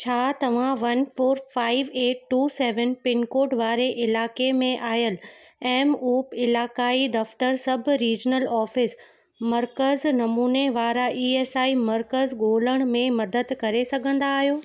छा तव्हां one four five eight two seven pincode वारे इलाइक़े में आयल ऐम उप इलाइक़ाई दफ़्तर सभु रिजनल ऑफ़िस मर्कज़ नमूने वारा ई एस आई मर्कज़ु ॻोल्हण में मदद करे सघंदा आहियो